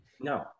No